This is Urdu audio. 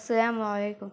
السلام علیکم